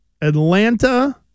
Atlanta